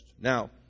Now